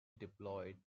deployed